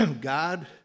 God